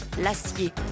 l'acier